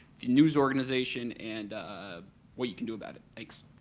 the news organization and what you can do about it? thanks.